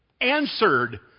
answered